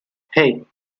hey